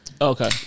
Okay